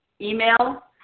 email